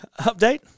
update